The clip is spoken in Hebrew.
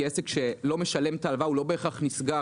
עסק שלא משלם את ההלוואה הוא לא בהכרח נסגר.